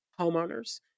homeowners